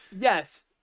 Yes